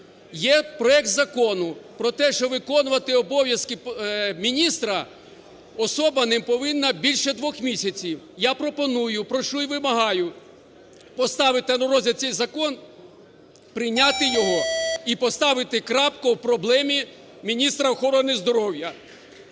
Є проект закону про те, що виконувати обов'язки міністра особа не повинна більше двох місяців. Я пропоную, прошу і вимагаю поставити на розгляд цей закон, прийняти його і поставити крапку в проблемі міністра охорони здоров'я.